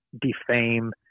defame